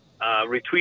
retweet